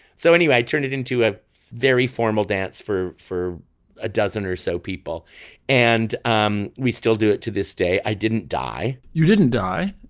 so anyway i turned it into a very formal dance for for a dozen or so people and um we still do it to this day. i didn't die you didn't die.